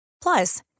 Plus